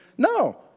No